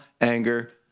anger